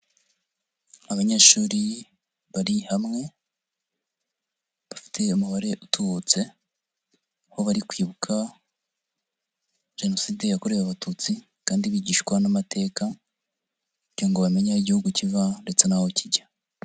Abanyeshuri bari hamwe, bafite umubare utubutse, aho bari kwibuka Jenoside yakorewe Abatutsi kandi bigishwa n'amateka kugira ngo bamenye aho Igihugu kiva ndetse n'aho kijya.